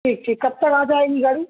ٹھیک ٹھیک کب تک آ جائے گی گاڑی